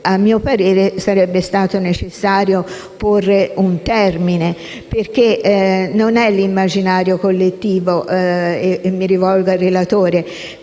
A mio parere, sarebbe stato necessario porre un termine, perché non è l'immaginario collettivo - e mi rivolgo alla relatrice